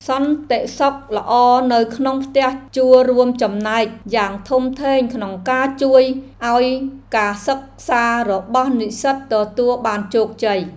សន្តិសុខល្អនៅក្នុងផ្ទះជួលរួមចំណែកយ៉ាងធំធេងក្នុងការជួយឱ្យការសិក្សារបស់និស្សិតទទួលបានជោគជ័យ។